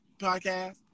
podcast